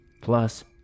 Plus